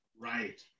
Right